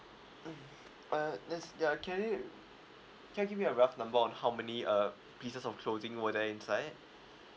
mm uh that's their can you can you give me a rough number on how many uh pieces of clothing were there inside